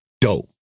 dope